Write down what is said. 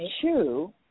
two